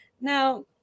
Now